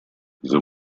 the